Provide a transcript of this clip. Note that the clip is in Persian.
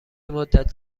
مدت